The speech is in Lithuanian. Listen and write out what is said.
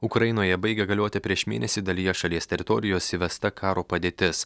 ukrainoje baigia galioti prieš mėnesį dalyje šalies teritorijos įvesta karo padėtis